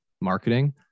marketing